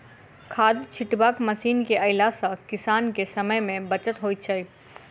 खाद छिटबाक मशीन के अयला सॅ किसान के समय मे बचत होइत छै